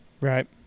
right